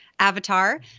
Avatar